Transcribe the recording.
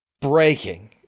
breaking